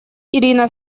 ирина